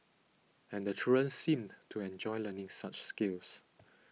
and the children seemed to enjoy learning such skills